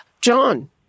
John